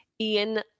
Ian